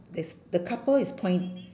there's the couple is point~